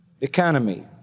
economy